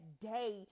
day